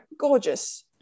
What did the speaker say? gorgeous